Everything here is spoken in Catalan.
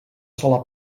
sola